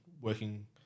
working